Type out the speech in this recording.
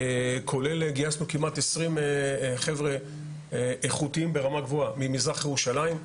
כולל גייסנו כמעט עשרים חבר'ה איכותיים ברמה גבוהה ממזרח ירושלים,